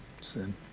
sin